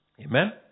Amen